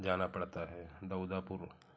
जाना पड़ता है दौदापुर